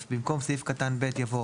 התשפ"ב-2021 - (5) (א) במקום סעיף קטן (ב) יבוא: